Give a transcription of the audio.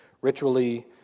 ritually